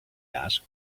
asked